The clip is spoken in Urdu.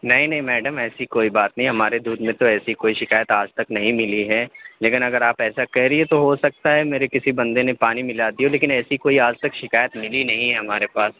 نہیں نہیں میڈم ایسی کوئی بات نہیں ہے ہمارے دودھ میں تو ایسی کوئی شکایت آج تک نہیں ملی ہے لیکن اگر آپ ایسا کہہ رہیں تو ہو سکتا ہے میرے کسی بندے نے پانی ملا دیا ہو ليكن ايسى کوئی آج تک شکایت ملى نہیں ہے ہمارے پاس